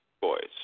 Boys